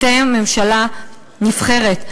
אתם ממשלה נבחרת.